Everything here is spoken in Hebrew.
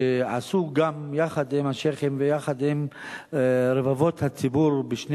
שעשו יחד עם השיח'ים ויחד עם רבבות הציבור בשני